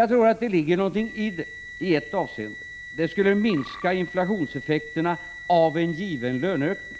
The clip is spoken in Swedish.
Jag tror att det ligger någonting i det i ett avseende — det skulle minska inflationseffekterna av en given löneökning.